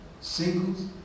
Singles